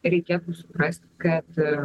reikėtų suprasti kad